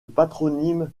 patronyme